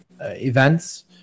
events